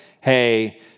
hey